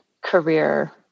career